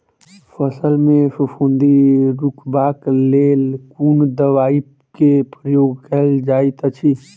फसल मे फफूंदी रुकबाक लेल कुन दवाई केँ प्रयोग कैल जाइत अछि?